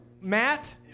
Matt